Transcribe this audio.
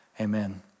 Amen